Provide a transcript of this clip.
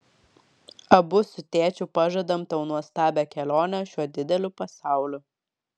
abu su tėčiu pažadam tau nuostabią kelionę šiuo dideliu pasauliu